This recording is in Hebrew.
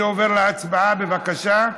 אני עובר להצבעה, בבקשה.